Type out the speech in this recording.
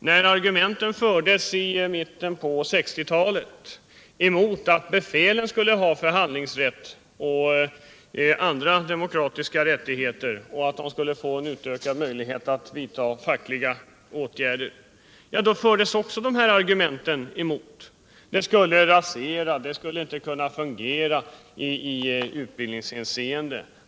Även i diskussionerna i mitten av 1960-talet om att befälen skulle få förhandlingsrätt, andra demokratiska rättigheter samt en ökad möjlighet att vidta fackliga åtgärder, framfördes dessa argument. Det skulle rasera det militära systemet, och det skulle inte fungera i utbildningshänscende.